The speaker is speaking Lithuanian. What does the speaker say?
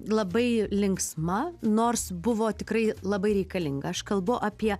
labai linksma nors buvo tikrai labai reikalinga aš kalbu apie